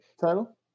title